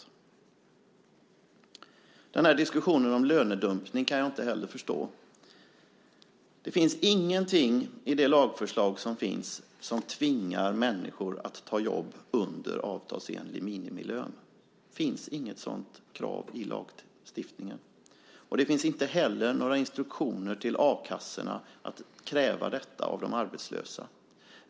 Jag kan inte heller förstå diskussionen om lönedumpning. Det finns ingenting i det här lagförslaget som tvingar människor att ta jobb under avtalsenlig minimilön. Det finns inget sådant krav i lagstiftningen. Det finns inte heller några instruktioner till a-kassorna att kräva detta av de arbetslösa.